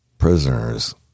Prisoners